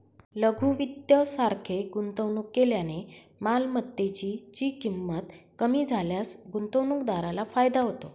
लघु वित्त सारखे गुंतवणूक केल्याने मालमत्तेची ची किंमत कमी झाल्यास गुंतवणूकदाराला फायदा होतो